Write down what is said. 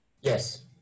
Yes